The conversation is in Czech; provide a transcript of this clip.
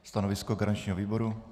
Stanovisko garančního výboru?